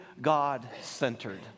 God-centered